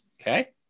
okay